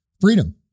freedom